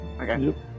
Okay